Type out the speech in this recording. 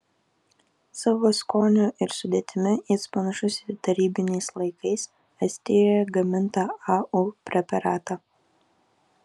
savo skoniu ir sudėtimi jis panašus į tarybiniais laikais estijoje gamintą au preparatą